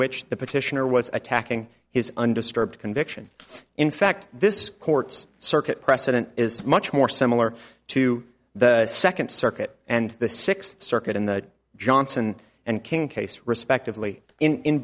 which the petitioner was attacking his undisturbed conviction in fact this court's circuit precedent is much more similar to the second circuit and the sixth circuit in the johnson and king case respectively in